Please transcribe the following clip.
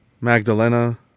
magdalena